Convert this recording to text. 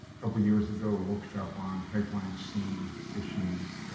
couple years ago working group on pipeline seam issues,